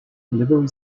delivery